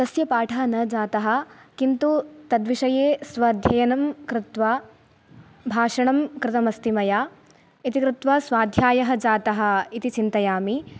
तस्य पाठः न जातः किन्तु तद्विषये स्व अध्ययनं कृत्वा भाषणं कृतमस्ति मया इति कृत्वा स्वाध्यायः जातः इति चिन्तयामि